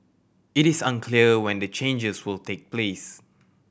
it is unclear when the changes will take place